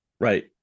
Right